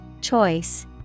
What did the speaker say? Choice